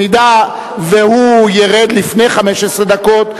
אם הוא ירד לפני 15 הדקות,